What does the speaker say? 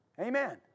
Amen